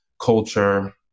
culture